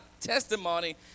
testimony